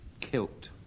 Kilt